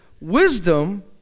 wisdom